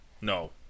No